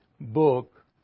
book